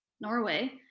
Norway